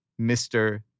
Mr